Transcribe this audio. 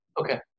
Okay